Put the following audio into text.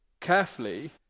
carefully